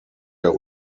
der